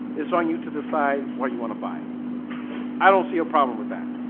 it's on you to decide why you want to buy i don't see a problem with that.